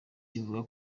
kivuga